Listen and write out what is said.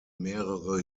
mehrere